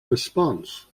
response